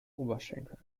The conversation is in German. oberschenkeln